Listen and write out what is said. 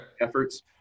efforts